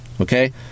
Okay